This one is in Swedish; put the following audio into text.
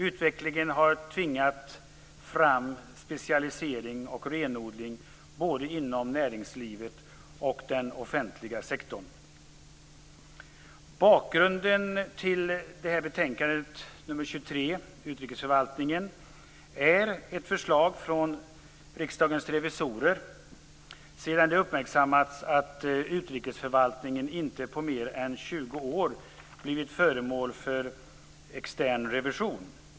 Utvecklingen har tvingat fram specialisering och renodling, både inom näringslivet och inom den offentliga sektorn. Bakgrunden till detta betänkande - nr 23 om utrikesförvaltningen - är ett förslag från Riksdagens revisorer sedan det uppmärksammats att utrikesförvaltningen inte på mer än 20 år har blivit föremål för extern revision.